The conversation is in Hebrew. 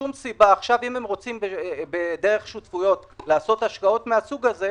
אם הם רוצים דרך שותפויות לעשות השקעות מהסוג הזה,